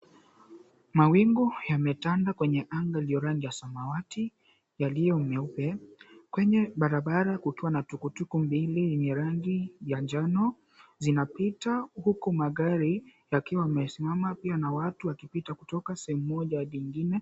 Mawingu yametanda kwenye anga ilio rangi ya samawati, yaliyo meupe, kwenye barabara kukiwa na tukutuku mbili yenye rangi ya njano zinapita huku magari yakiwa yamesimama pia na watu wakipita kutoka sehemu moja hadi ingine.